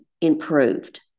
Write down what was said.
improved